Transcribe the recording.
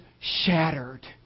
shattered